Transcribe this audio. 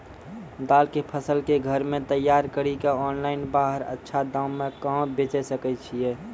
दाल के फसल के घर मे तैयार कड़ी के ऑनलाइन बाहर अच्छा दाम मे कहाँ बेचे सकय छियै?